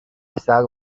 پسر